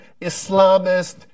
Islamist